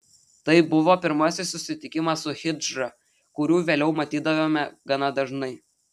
tai buvo pirmasis susitikimas su hidžra kurių vėliau matydavome gana dažnai